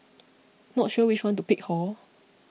not sure which one to pick hor